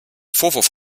vorwurf